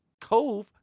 Cove